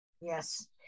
Yes